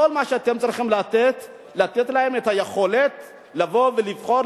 כל מה שאתם צריכים זה לתת להם את היכולת לבוא ולבחור,